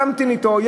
להמתין אתו,